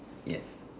yes